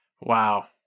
Wow